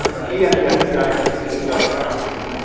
he and the fbi actually teamed up to capture me.